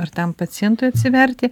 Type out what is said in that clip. ar tam pacientui atsiverti